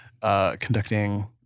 conducting